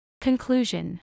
Conclusion